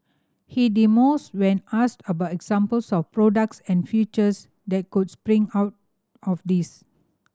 he demurs when asked about examples of products and features that could spring out of this